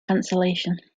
cancellation